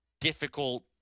difficult